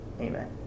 Amen